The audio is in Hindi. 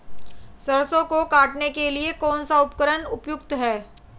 सरसों को काटने के लिये कौन सा उपकरण उपयुक्त है?